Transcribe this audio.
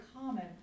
common